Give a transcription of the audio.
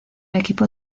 equipo